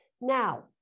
Now